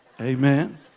Amen